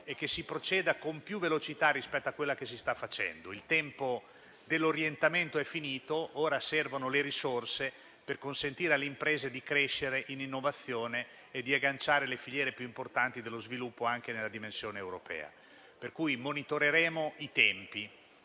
e che si proceda con più velocità rispetto a quello che si sta facendo. Il tempo dell'orientamento è finito, ora servono le risorse per consentire alle imprese di crescere in innovazione e di agganciare le filiere più importanti dello sviluppo, anche nella dimensione europea. Per cui monitoreremo i tempi